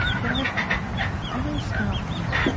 but i've always felt that